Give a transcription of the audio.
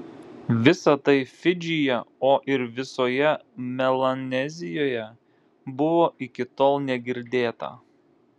visa tai fidžyje o ir visoje melanezijoje buvo iki tol negirdėta